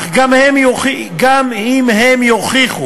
אך גם אם הם יוכיחו,